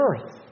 earth